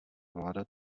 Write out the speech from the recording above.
vláda